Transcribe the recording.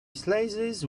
slices